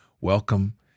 Welcome